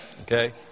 Okay